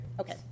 Okay